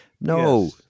No